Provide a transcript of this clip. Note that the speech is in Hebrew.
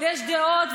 ויש דעות,